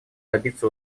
добиться